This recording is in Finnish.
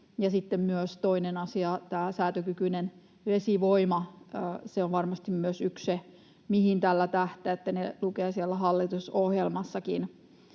sitten myös toinen asia, tämä säätökykyinen vesivoima. Se on varmasti myös yksi, mihin tällä tähtäätte — se lukee siellä hallitusohjelmassakin.